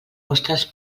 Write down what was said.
vostres